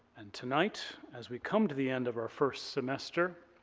and tonight, as we come to the end of our first semester,